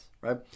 right